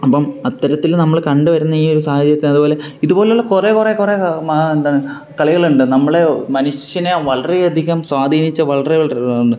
അപ്പം അത്തരത്തില് നമ്മള് കണ്ട് വരുന്ന ഈ ഒരു സാഹചര്യത്തിൽ അത്പോലെ ഇതുപോലുള്ള കുറെ കുറെ കുറെ എന്താണ് കളികളുണ്ട് നമ്മളെ മനുഷ്യനെ വളരെ അധികം സ്വാധീനിച്ച വളരെ